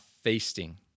feasting